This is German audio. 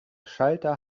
schalter